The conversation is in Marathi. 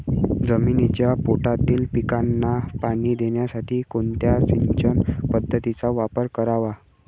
जमिनीच्या पोटातील पिकांना पाणी देण्यासाठी कोणत्या सिंचन पद्धतीचा वापर करावा?